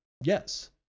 yes